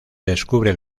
descubre